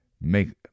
Make